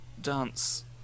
dance